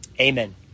Amen